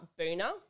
Boona